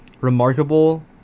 Remarkable